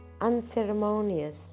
Unceremonious